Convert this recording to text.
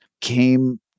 came